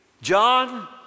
John